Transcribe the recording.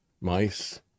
mice